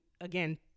again